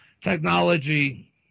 technology